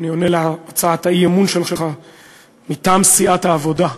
אני עונה על הצעת האי-אמון שלך מטעם סיעת העבודה,